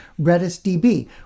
RedisDB